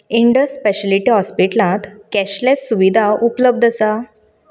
Indus speciality hospital हॉस्पिटलांत cashless सुविधा उपलब्ध आसा